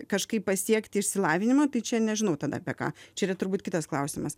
kažkaip pasiekti išsilavinimo tai čia nežinau tada apie ką čia yra turbūt kitas klausimas